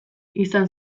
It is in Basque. izan